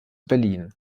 berlin